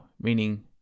meaning